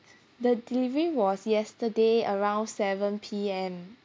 the delivery was yesterday around seven P_M